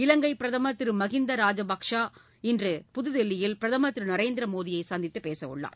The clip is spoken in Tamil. இலங்கை பிரதம் திரு மகிந்த ராஜபக்சா இன்று புதுதில்லியில் பிரதம் திரு நரேந்திர மோடியை சந்தித்து பேசவுள்ளார்